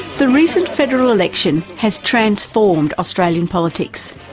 the recent federal election has transformed australian politics.